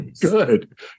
Good